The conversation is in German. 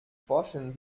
vorstellen